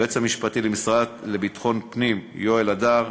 ליועץ המשפטי למשרד לביטחון פנים יואל הדר,